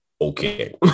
okay